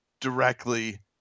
directly